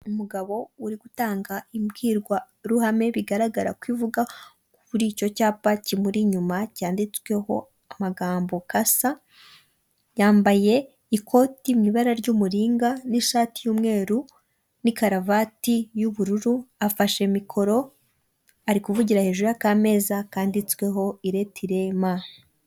Umugabo uri gutanga imbwirwaruhame bigaragara ko ivuga kuri icyo cyapa kimuri inyuma cyanditsweho amagambo kasa, yambaye ikoti mu ibara ry'umuringa n'ishati y'umweru n'i karuvati y'ubururu afashe mikoro ari kuvugira hejuru y'ameza kanditsweho iretirema.